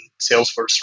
Salesforce